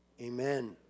Amen